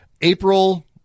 April